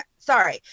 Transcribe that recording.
Sorry